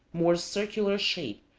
more circular shape,